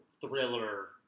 thriller